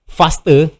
faster